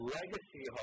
legacy